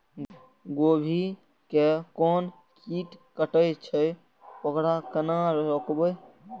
गोभी के कोन कीट कटे छे वकरा केना रोकबे?